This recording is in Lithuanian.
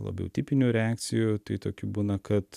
labiau tipinių reakcijų tai tokių būna kad